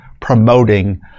promoting